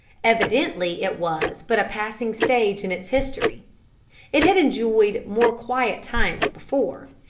evidently it was but a passing stage in its history it had enjoyed more quiet times before.